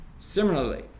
Similarly